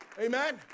Amen